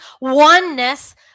oneness